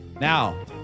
Now